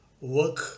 work